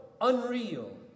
unreal